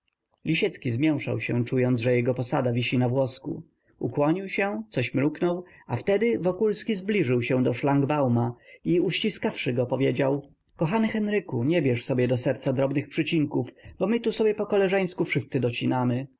lisiecki zmięszał się czując że jego posada wisi na włosku ukłonił się coś mruknął a wtedy wokulski zbliżył się do szlangbauma i uściskawszy go powiedział kochany henryku nie bierz do serca drobnych przycinków bo my tu sobie pokoleżeńsku wszyscy docinamy